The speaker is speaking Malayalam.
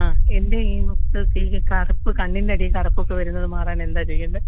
ആ എന്ത് ചെയ്യുന്നു ഈ കറുപ്പ് കണ്ണിൻറെ അടിയിൽ കറുപ്പൊക്കെ വരുന്നത് മാറാന് എന്താണ് ചെയ്യേണ്ടത്